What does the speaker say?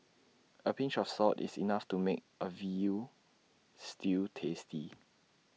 A pinch of salt is enough to make A Veal Stew tasty